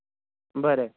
बरें